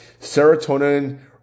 serotonin